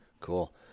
cool